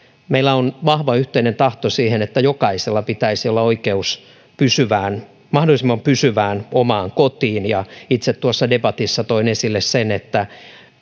meillä on vahva yhteinen tahto siihen että jokaisella pitäisi olla oikeus mahdollisimman pysyvään omaan kotiin itse tuossa debatissa toin esille sen että